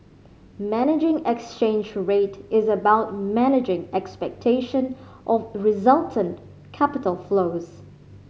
managing exchange rate is about managing expectation of resultant capital flows